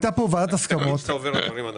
תגיד שאתה עובר לדברים הנכונים.